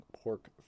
pork